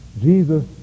Jesus